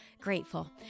grateful